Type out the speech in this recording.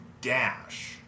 dash